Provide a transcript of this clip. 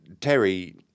Terry